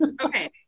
Okay